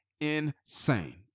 insane